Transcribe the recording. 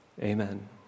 Amen